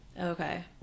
Okay